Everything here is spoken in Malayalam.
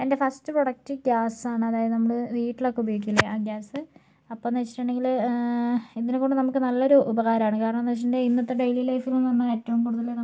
എൻ്റെ ഫസ്റ്റ് പ്രൊഡക്ട് ഗ്യാസാണ് അതായത് നമ്മൾ വീട്ടിലൊക്കെ ഉപയോഗിക്കില്ലേ ആ ഗ്യാസ് അപ്പോഴെന്ന് വച്ചിട്ടുണ്ടെങ്കിൽ ഇതിനെക്കൊണ്ട് നമുക്ക് നല്ലൊരു ഉപകാരമാണ് കാരണം എന്നു വച്ചിട്ടുണ്ടെങ്കിൽ ഇന്നത്തെ ഡെയ്ലി ലൈഫെന്നു പറഞ്ഞാൽ ഏറ്റവും കൂടുതൽ നമ്മൾ